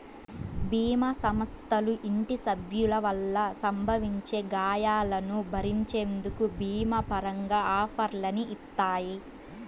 భీమా సంస్థలు ఇంటి సభ్యుల వల్ల సంభవించే గాయాలను భరించేందుకు భీమా పరంగా ఆఫర్లని ఇత్తాయి